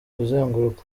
kuzenguruka